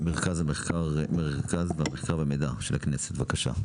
ממרכז המחקר והמידע של הכנסת, בבקשה.